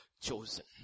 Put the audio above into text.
chosen